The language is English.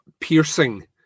piercing